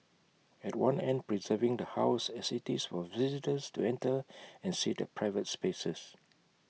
at one end preserving the house as IT is for visitors to enter and see the private spaces